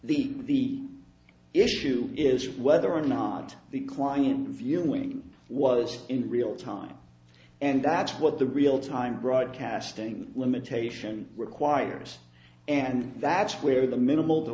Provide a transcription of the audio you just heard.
the issue is whether or not the quiet viewing was in real time and that's what the real time broadcasting limitation requires and that's where the minimal the